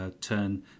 turn